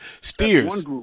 Steers